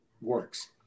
works